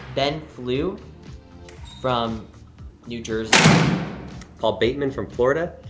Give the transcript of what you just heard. ben flew from new jersey ah bateman from florida,